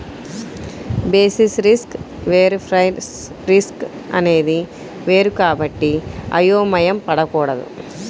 basis risk వేరు price risk అనేది వేరు కాబట్టి అయోమయం పడకూడదు